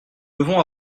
devons